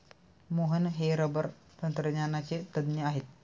मोहन हे रबर तंत्रज्ञानाचे तज्ज्ञ आहेत